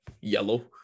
yellow